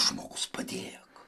žmogus padėk